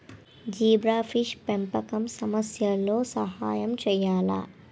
Zebrafish పెంపకం సమస్యలతో సహాయం చేయాలా?